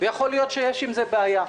ויכול להיות שיש עם זה בעיה.